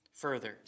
further